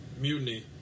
mutiny